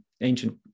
ancient